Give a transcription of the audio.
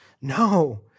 No